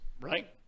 right